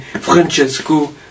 Francesco